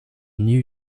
new